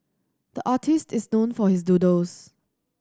the artist is known for his doodles